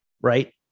right